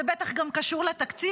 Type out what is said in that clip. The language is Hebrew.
זה בטח גם קשור לתקציב,